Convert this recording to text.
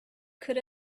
could